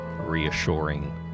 reassuring